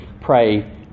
pray